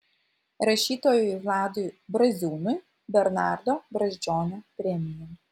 rašytojui vladui braziūnui bernardo brazdžionio premija